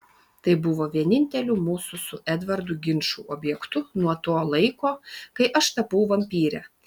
tai buvo vieninteliu mūsų su edvardu ginčų objektu nuo to laiko kai aš tapau vampyre